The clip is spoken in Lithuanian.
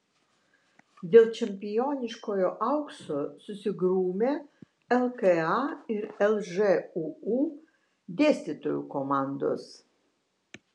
dėl čempioniškojo aukso susigrūmė lka ir lžūu dėstytojų komandos